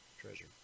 treasure